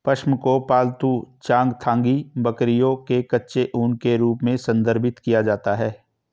पश्म को पालतू चांगथांगी बकरियों के कच्चे ऊन के रूप में संदर्भित किया जाता है